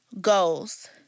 Goals